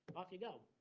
off you go.